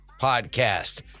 podcast